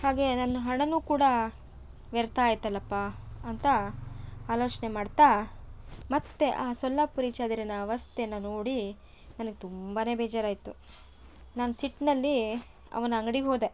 ಹಾಗೇ ನನ್ನ ಹಣನೂ ಕೂಡ ವ್ಯರ್ಥ ಆಯಿತಲ್ಲಪ್ಪ ಅಂತ ಆಲೋಚನೆ ಮಾಡ್ತಾ ಮತ್ತೆ ಆ ಸೊಲ್ಲಾಪುರಿ ಚಾದರಿನ ಅವಸ್ಥೆನ ನೋಡಿ ನನಗೆ ತುಂಬ ಬೇಜಾರಾಯ್ತು ನಾನು ಸಿಟ್ಟಿನಲ್ಲಿ ಅವನ ಅಂಗಡಿಗೆ ಹೋದೆ